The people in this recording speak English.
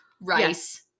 rice